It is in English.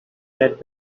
that